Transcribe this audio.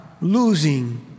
losing